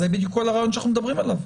זה בדיוק כל הרעיון שאנחנו מדברים עליו.